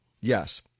Yes